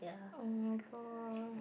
oh-my-gosh